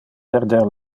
perder